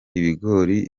ibigori